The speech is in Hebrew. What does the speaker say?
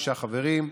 שישה חברים,